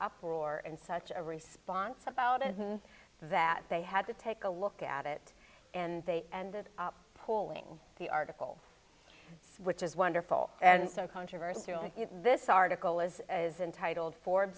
uproar and such a response about and that they had to take a look at it and they ended up pulling the article which is wonderful and some controversy and this article is entitled for